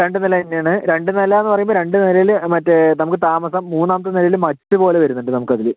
രണ്ട് നില തന്നെയാണ് രണ്ട് നിലയെന്ന് പറയുമ്പോൾ രണ്ട് നിലയില് മറ്റേ നമുക്ക് താമസം മൂന്നാമത്തെ നിലയില് മട്ട് പോലെ വരുന്നുണ്ട് നമുക്കതില്